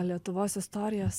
lietuvos istorijos